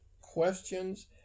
Questions